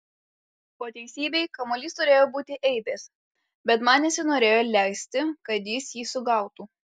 po teisybei kamuolys turėjo būti eibės bet man nesinorėjo leisti kad jis jį sugautų